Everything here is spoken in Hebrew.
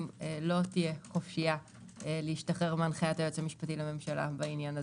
לא תהיה חופשית להשתחרר מהנחיית היועץ המשפטי לממשלה בעניין הזה.